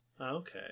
Okay